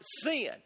sin